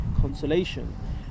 consolation